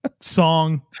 song